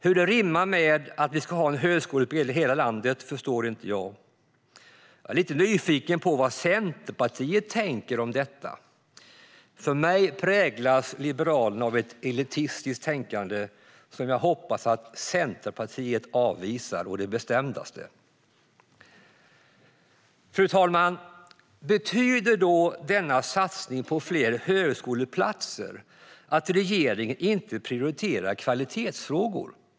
Hur det rimmar med att vi ska ha en högskoleutbildning i hela landet förstår jag inte. Jag är lite nyfiken på vad Centerpartiet tänker om detta. För mig verkar Liberalerna präglas av ett elitistiskt tänkande, som jag hoppas att Centerpartiet avvisar å det bestämdaste. Fru talman! Betyder denna satsning på fler högskoleplatser att regeringen inte prioriterar kvalitetsfrågor?